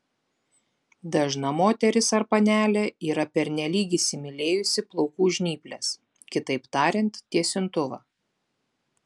dažna moteris ar panelė yra pernelyg įsimylėjusi plaukų žnyples kitaip tariant tiesintuvą